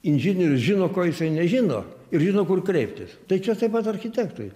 inžinierius žino ko jisai nežino ir žino kur kreiptis tai čia taip pat architektui